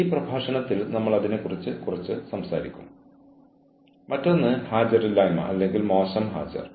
ഈ പുസ്തകങ്ങളിൽ ഞാൻ ചർച്ച ചെയ്തതും കൂടാതെ മറ്റു പലതും നിങ്ങൾക്ക് വായിക്കാനാകും